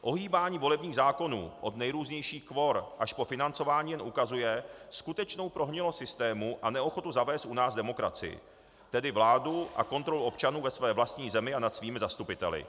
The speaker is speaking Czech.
Ohýbání volebních zákonů od nejrůznějších kvor až po financování jen ukazuje skutečnou prohnilost systému a neochotu zavést u nás demokracii, tedy vládu a kontrolu občanů ve své vlastní zemi a nad svými zastupiteli.